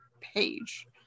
page